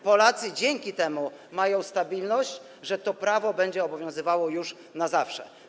Polacy dzięki temu mają stabilność, że to prawo będzie obowiązywało już na zawsze.